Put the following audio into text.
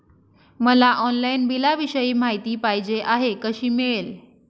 मला ऑनलाईन बिलाविषयी माहिती पाहिजे आहे, कशी मिळेल?